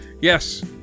Yes